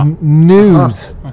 News